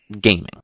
gaming